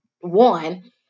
one